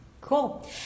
Cool